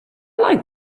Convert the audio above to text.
like